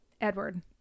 edward